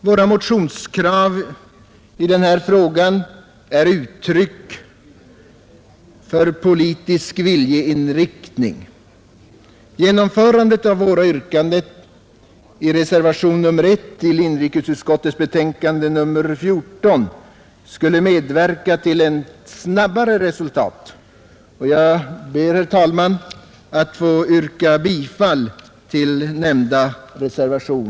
Våra motionskrav i den här frågan är uttryck för politisk viljeinriktning. Genomförandet av våra yrkanden i reservationen 1 till inrikesutskottets betänkande nr 14 skulle medverka till ett snabbare resultat, och jag ber, herr talman, att få yrka bifall till denna reservation.